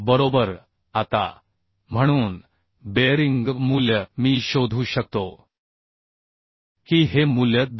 बरोबर आता म्हणून बेअरिंग मूल्य मी शोधू शकतो की हे मूल्य 2